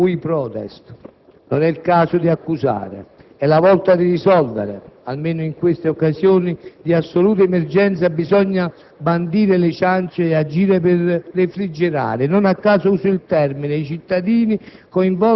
*cui prodest*? Non è il caso di accusare, è la volta di risolvere. Almeno in queste occasioni di assoluta emergenza bisogna bandire le ciance ed agire per refrigerare - non a caso uso questo termine - i cittadini